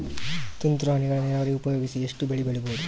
ತುಂತುರು ಹನಿಗಳ ನೀರಾವರಿ ಉಪಯೋಗಿಸಿ ಎಷ್ಟು ಬೆಳಿ ಬೆಳಿಬಹುದು?